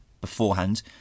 beforehand